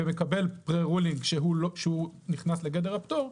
ומקבל פרה-רולינג שהוא נכנס לגדר הפטור,